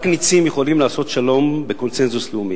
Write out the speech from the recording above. רק נצים יכולים לעשות שלום בקונסנזוס לאומי.